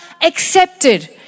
accepted